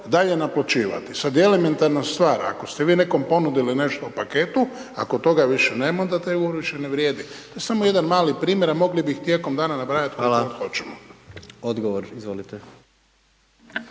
dalje naplaćivati. Sada je elementarna stvar, ako ste vi nekom ponudili nešto u paktu, ako toga više nema, onda taj ugovor više ne vrijedi. Samo jedan mali primjer, a mogli bi ih tijekom dana nabrajati koliko god